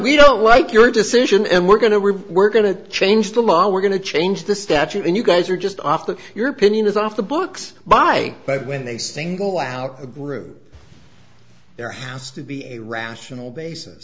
we don't like your decision and we're going to we're we're going to change the law we're going to change the statute and you guys are just off the your opinion is off the books by but when they single out a group there has to be a rational basi